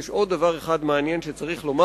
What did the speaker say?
יש עוד דבר אחד מעניין שצריך לומר,